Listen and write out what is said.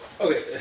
okay